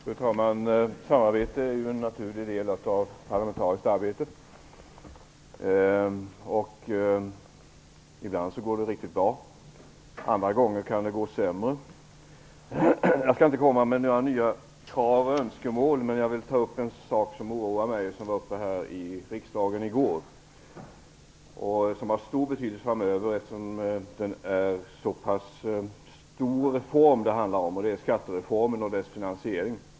Fru talman! Samarbete är en naturlig del av det parlamentariska arbetet. Ibland går det riktigt bra. Andra gånger kan det gå sämre. Jag skall inte komma med några nya krav och önskemål, men jag vill ta upp en sak som oroar mig och som var uppe här i riksdagen i går. Det är en fråga som har stor betydelse framöver, eftersom det handlar om en så pass stor reform, nämligen skattereformen och dess finansiering.